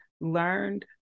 learned